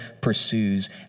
pursues